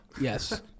Yes